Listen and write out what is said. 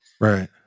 Right